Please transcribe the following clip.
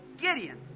Gideon